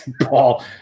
Paul